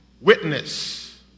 witness